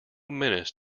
menace